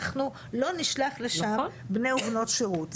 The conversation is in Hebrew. אנחנו לא נשלח לשם בני ובנות שירות.